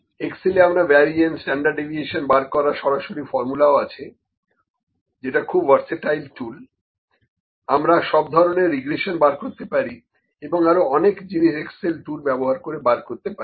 এক্সসেলে আমরা variance standard deviation বার করার সরাসরি ফর্মুলা আছে যেটা খুব ভার্সেটাইল টুল আমরা সব ধরনের রিগ্রেশন বার করতে পারি এবং আরো অনেক জিনিস এক্সেল টুল ব্যবহার করে বার করতে পারি